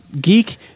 geek